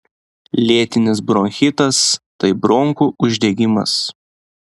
lėtinis bronchitas tai bronchų uždegimas